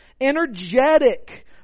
Energetic